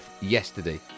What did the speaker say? yesterday